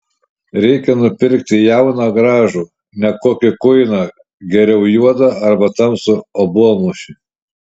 reikia nupirkti jauną gražų ne kokį kuiną geriau juodą arba tamsų obuolmušį